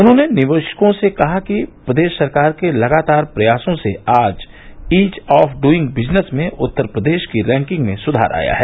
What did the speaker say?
उन्होंने निवेशकों से कहा कि प्रदेश सरकार के लगातार प्रयासों से आज ईज ऑफ डूइंग बिजनेस में उत्तर प्रदेश की रैंकिंग में सुधार आया है